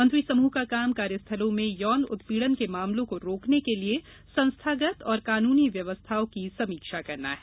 मंत्री समूह का काम कार्यस्थलों में यौन उत्पीड़न के मामलों को रोकने के लिए संस्थागत और कानूनी व्यवस्थाओं की समीक्षा करना है